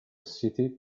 city